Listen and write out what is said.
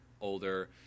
older